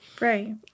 right